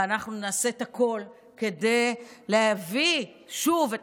ואנחנו נעשה את הכול כדי להביא שוב את